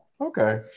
Okay